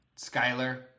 Skyler